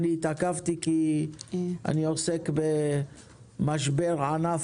התעכבתי כי אני עוסק במשבר ענף